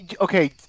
Okay